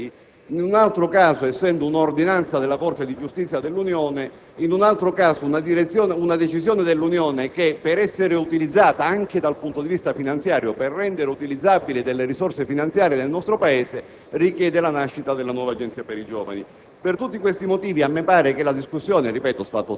nel dicembre 2006); e, per la parte restante, in un'ordinanza della Corte di giustizia dell'Unione, quindi una decisione dell'Unione, che per essere utilizzata anche dal punto di vista finanziario, per rendere cioè utilizzabili delle risorse finanziarie nel nostro Paese, richiede la nascita della nuova Agenzia per i giovani.